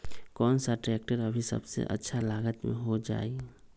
कौन सा ट्रैक्टर अभी सबसे कम लागत में हो जाइ?